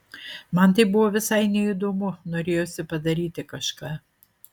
man tai buvo visai neįdomu norėjosi padaryti kažką